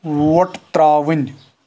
وۄٹھ ترٛاوٕنۍ